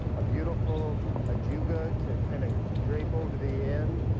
a beautiful ajuga to kind of drape over the end.